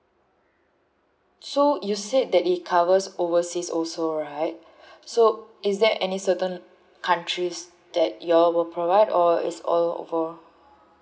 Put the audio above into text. so you said that it covers overseas also right so is there any certain countries that you all will provide or is all overall